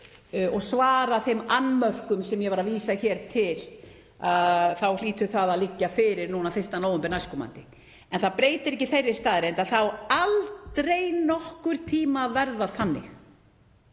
og svara þeim annmörkum sem ég var að vísa hér til. Þá hlýtur það að liggja fyrir núna 1. nóvember næstkomandi. En það breytir ekki þeirri staðreynd að það á aldrei nokkurn tíma að verða þannig